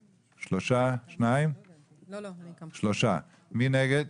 3. מי נגד?